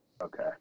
Okay